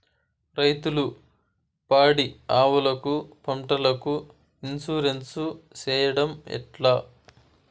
రైతులు పాడి ఆవులకు, పంటలకు, ఇన్సూరెన్సు సేయడం ఎట్లా?